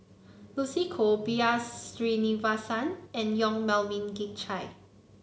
Lucy Koh B R Sreenivasan and Yong Melvin Yik Chye